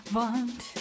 want